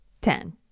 Ten